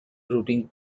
routing